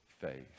faith